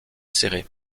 serrés